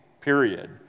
period